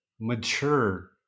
mature